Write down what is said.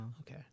okay